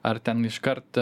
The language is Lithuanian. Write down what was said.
ar ten iškart